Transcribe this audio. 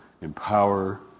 empower